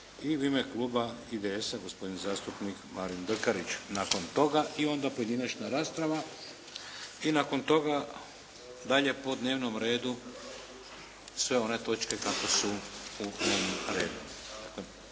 i u ime Kluba IDS-a gospodin zastupnik Marin Brkarić nakon toga i onda pojedinačna rasprava. I nakon toga dalje po dnevnom redu sve one točke kako su u dnevnom redu.